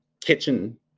kitchen